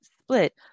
split